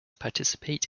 participate